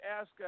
ask